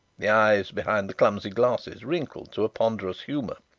the eyes behind the clumsy glasses wrinkled to a ponderous humour.